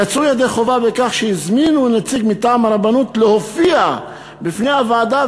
יצאו ידי חובה בכך שהזמינו נציג מטעם הרבנות להופיע בפני הוועדה,